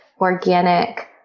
organic